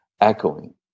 echoing